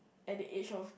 at the age of